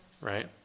right